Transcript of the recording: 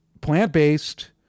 plant-based